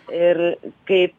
ir kaip